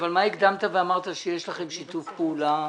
אבל מה הקדמת ואמרת שיש לכם שיתוף פעולה?